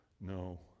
no